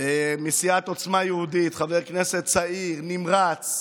מסיעת עוצמה יהודית, חבר כנסת צעיר, נמרץ,